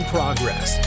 Progress